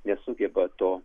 nesugeba to